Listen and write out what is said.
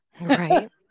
Right